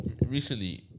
recently